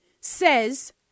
says